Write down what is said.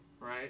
right